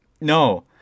no